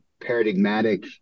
paradigmatic